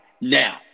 now